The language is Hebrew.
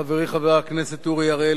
חברי חבר הכנסת אורי אריאל,